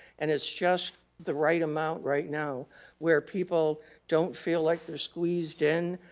and it's just the right amount right now where people don't feel like they're squeezed in.